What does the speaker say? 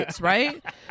right